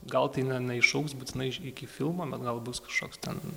gal tai neiššauks būtinai iki filmo bet gal bus kažkoks ten